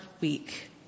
week